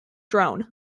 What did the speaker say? drone